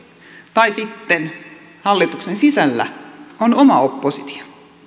tai sitten hallituksen sisällä on oma oppositio